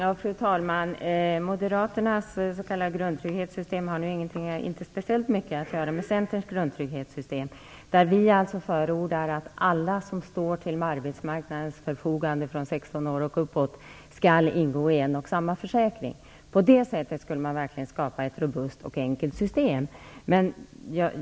Fru talman! Moderaternas s.k. grundtrygghetssystem har inte speciellt mycket att göra med Centerns grundtrygghetssystem. Vi förordar alltså att alla som står till arbetsmarknadens förfogande från 16 år och uppåt skall ingå i en och samma försäkring. På det sättet skulle man verkligen skapa ett robust och enkelt system.